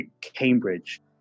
Cambridge